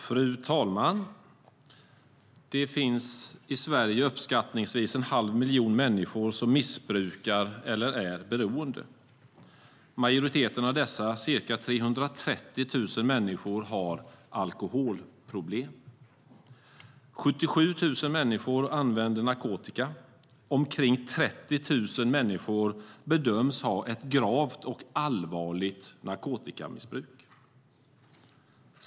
Fru talman! Det finns i Sverige uppskattningsvis 1⁄2 miljon människor som missbrukar eller är beroende. Majoriteten av dessa ca 330 000 människor har alkoholproblem. 77 000 människor använder narkotika, och omkring 30 000 människor bedöms ha ett gravt och allvarligt narkotikamissbruk.